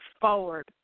forward